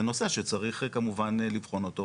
זה נושא שצריך כמובן לבחון אותו,